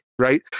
right